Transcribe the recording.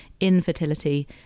infertility